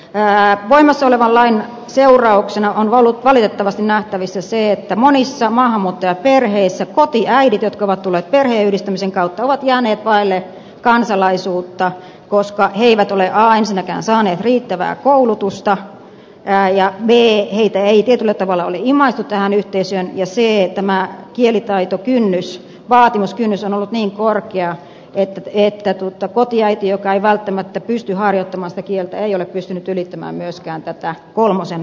voimassa olevan lain seurauksena on ollut valitettavasti nähtävissä se että monissa maahanmuuttajaperheissä kotiäidit jotka ovat tulleet perheen yhdistämisen kautta ovat jääneet vaille kansalaisuutta koska he eivät ole a ensinnäkään saaneet riittävää koulutusta ja b heitä ei tietyllä tavalla ole imaistu tähän yhteisöön ja c tämä kielitaitovaatimuskynnys on ollut niin korkea että kotiäiti joka ei välttämättä pysty harjoittamaan sitä kieltä ei ole pystynyt myöskään ylittämään kolmosen vaatimustasoa